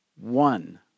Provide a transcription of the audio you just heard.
one